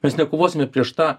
mes nekovosime prieš tą